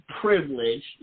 privileged